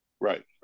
Right